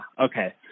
Okay